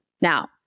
Now